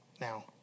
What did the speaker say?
Now